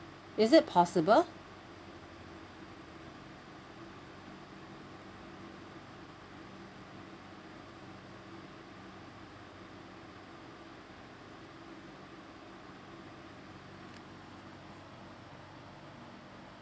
is it possible